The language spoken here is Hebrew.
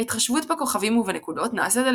ההתחשבות בכוכבים ובנקודות נעשית על